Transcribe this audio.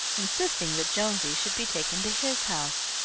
insisting that jonesy should be taken to his house.